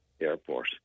Airport